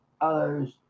other's